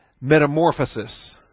metamorphosis